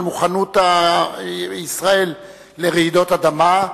על מוכנות ישראל לרעידות אדמה.